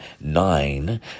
nine